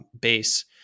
base